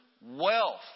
wealth